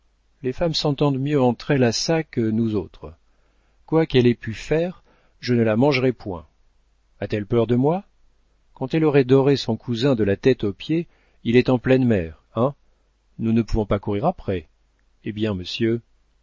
les femmes s'entendent mieux entre elles à ça que nous autres quoi qu'elle ait pu faire je ne la mangerai point a-t-elle peur de moi quand elle aurait doré son cousin de la tête aux pieds il est en pleine mer hein nous ne pouvons pas courir après eh bien monsieur